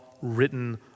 written